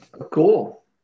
Cool